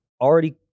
already